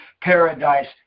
paradise